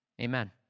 Amen